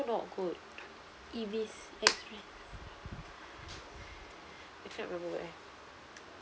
not good if it's I can't remember where